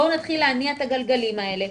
בואו נתחיל להניע את הגלגלים האלה,